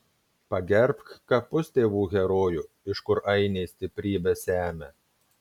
pagerbk kapus tėvų herojų iš kur ainiai stiprybę semia